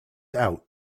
out